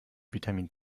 vitamin